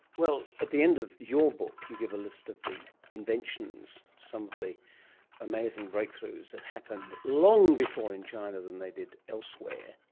well at the end of your book, you give a list of the inventions, some of the amazing breakthroughs which happened long before in china than they did elsewhere.